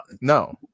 No